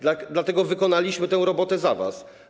Dlatego wykonaliśmy tę robotę za was.